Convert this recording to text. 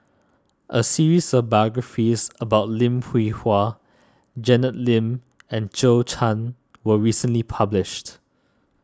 a series of biographies about Lim Hwee Hua Janet Lim and Zhou Can was recently published